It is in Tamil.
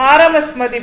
rms மதிப்பு